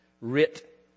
writ